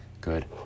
good